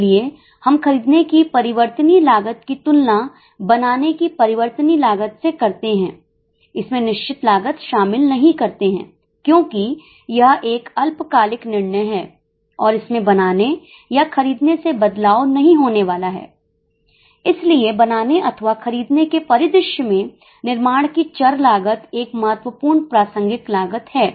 इसलिए हम खरीदने की परिवर्तनीय लागत की तुलना बनाने की परिवर्तनीय लागत से करते हैं इसमें निश्चित लागत शामिल नहीं करते हैं क्योंकि यह एक अल्पकालिक निर्णय है और इसमे बनाने या खरीदने से बदलाव नहीं होने वाला है इसलिए बनाने अथवा खरीदने के परिदृश्य में निर्माण की चर लागत एक महत्वपूर्ण प्रासंगिक लागत है